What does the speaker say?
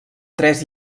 tres